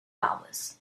hours